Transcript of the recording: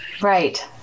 right